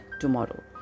tomorrow